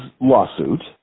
lawsuit